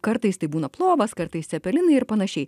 kartais tai būna plovas kartais cepelinai ir panašiai